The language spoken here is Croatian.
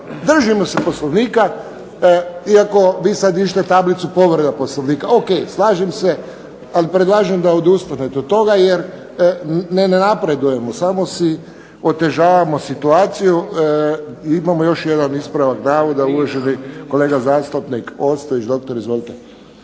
Držimo se Poslovnika iako vi sad dižete tablicu povreda Poslovnik. Ok, slažem se, ali predlažem da odustanete od toga jer ne napredujemo, samo si otežavamo situaciju. Imamo još jedan ispravak navoda, uvaženi kolega zastupnik Ostojić doktor. Izvolite.